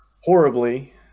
horribly